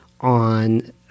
on